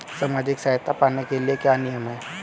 सामाजिक सहायता पाने के लिए क्या नियम हैं?